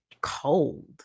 cold